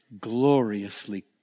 gloriously